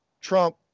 Trump